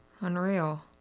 Unreal